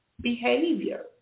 behavior